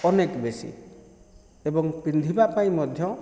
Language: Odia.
ଅନେକ ବେଶୀ ଏବଂ ପିନ୍ଧିବା ପାଇଁ ମଧ୍ୟ